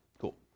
Cool